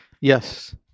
Yes